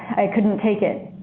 i couldn't take it.